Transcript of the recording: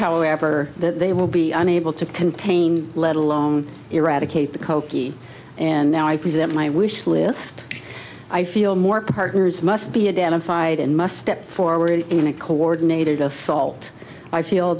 however that they will be unable to contain let alone eradicate the kochi and now i present my wish list i feel more partners must be identified and must step forward in a coordinated assault i feel